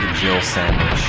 jill sandwich